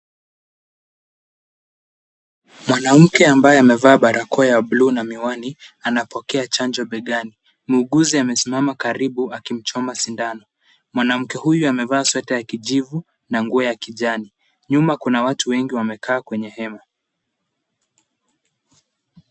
Mwanamke ambaye amevaa barakoa ya bluu na miwani, anapokea chanjo begani, muuguzi amesimama karibu akimchoma sindano. Mwanamke huyu amevaa sweta ya kijivu na nguo ya kijani. Nyuma kuna watu wengi wamekaa kwenye hema.